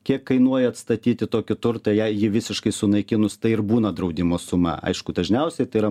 kiek kainuoja atstatyti tokį turtą jei jį visiškai sunaikinus tai ir būna draudimo suma aišku dažniausiai tai yra